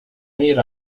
made